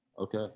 Okay